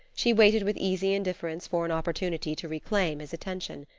she waited with easy indifference for an opportunity to reclaim his attention.